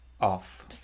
off